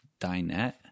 dinette